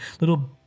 little